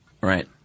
right